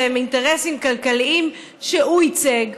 שהם אינטרסים כלכליים שהוא ייצג.